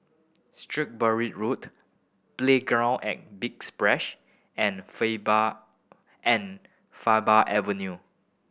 Shrewsbury Road Playground at Big Splash and Faber Avenue